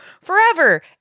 forever